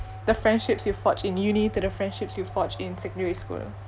the friendships you forge in uni to the friendships you forged in secondary school